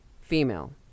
female